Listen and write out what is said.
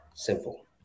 simple